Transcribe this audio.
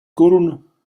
korun